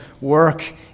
work